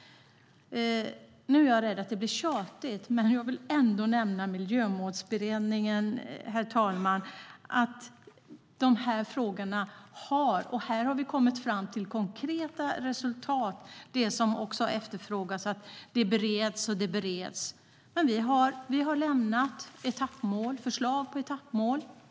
Nu är jag rädd att det blir tjatigt, men jag vill ändå nämna Miljömålsberedningen. Här har vi kommit fram till konkreta resultat, det som också efterfrågas när man säger att det bara bereds och bereds. Men här har vi lämnat förslag på etappmål.